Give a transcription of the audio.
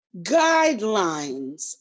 guidelines